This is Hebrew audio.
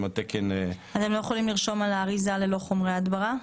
התקן --- אתם לא יכולים לרשום על האריזה: ללא חומרי הדברה?